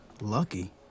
Lucky